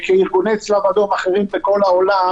כארגוני צלב אדום אחרים בכל העולם